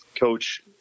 coach